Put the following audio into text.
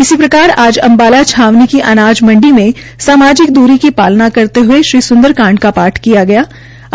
इस प्रकार आज अम्बाला छावनी की अनाज मंडी में सामाजिक दूरी की पालना करते हये श्री संदर कांड के पाठ किये गये